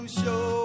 show